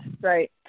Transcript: Right